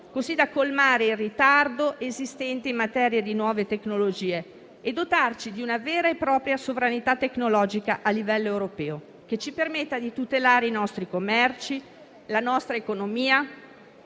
così da colmare il ritardo esistente in materia di nuove tecnologie e dotarci di una vera e propria sovranità tecnologica a livello europeo, che ci permetta di tutelare i nostri commerci, la nostra economia